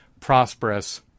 prosperous